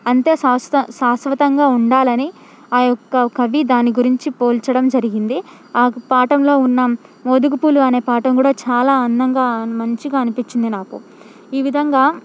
అంతే శాశ్వత శాశ్వతంగా ఉండాలని ఆ యొక్క కవి దాని గురించి పోల్చ డం జరిగింది ఆ పాఠంలో ఉన్న మోదుగుపూలు అనే పాఠం కూడా చాలా అందంగా మంచిగా అనిపించింది నాకు ఈ విధంగా